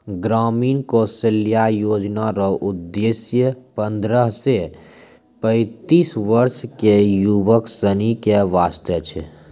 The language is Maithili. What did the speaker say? ग्रामीण कौशल्या योजना रो उद्देश्य पन्द्रह से पैंतीस वर्ष के युवक सनी के वास्ते छै